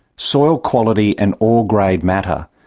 soil quality and ore grade matter,